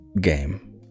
game